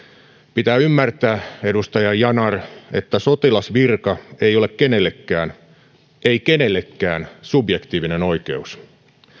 pitää ymmärtää edustaja yanar että sotilasvirka ei ole kenellekään ei kenellekään subjektiivinen oikeus